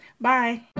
bye